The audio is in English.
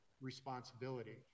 responsibility